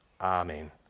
Amen